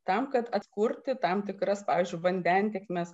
tam kad atkurti tam tikras pavyzdžiui vandentėkmės